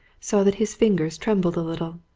saw that his fingers trembled a little.